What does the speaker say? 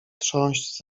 trząść